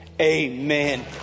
amen